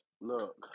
look